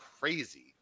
crazy